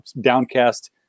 Downcast